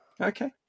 Okay